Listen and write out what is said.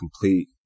complete